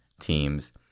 teams